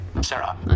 Sarah